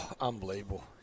Unbelievable